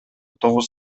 тогуз